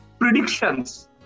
predictions